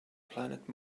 planet